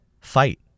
fight